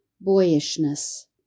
boyishness